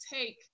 take